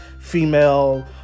female